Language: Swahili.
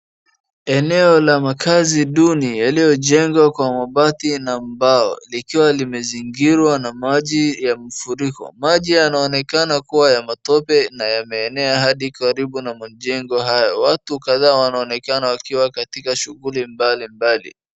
Eneo la makazi duni yaliyojengwa kwa mabati na mbao likiwa limezingirwa na maji ya mfuriko. Maji yanaonekana kuwa ya matope na yameenea hadi karibu na majengo hayo. Watu kadhaa wanaonekana wakiwa katika shughuli mbalimbali.